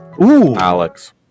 Alex